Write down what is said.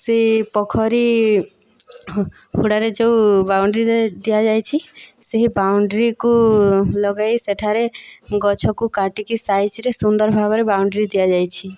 ସେହି ପୋଖରୀ ହୁଡ଼ାରେ ଯେଉଁ ବାଉଣ୍ଡରୀ ଦିଆ ଦିଆଯାଇଛି ସେହି ବାଉଣ୍ଡରୀକୁ ଲଗାଇ ସେଠାରେ ଗଛକୁ କାଟିକି ସାଇଜରେ ସୁନ୍ଦର ଭାବରେ ବାଉଣ୍ଡରୀ ଦିଆଯାଇଛି